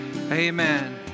Amen